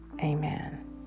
Amen